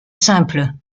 simple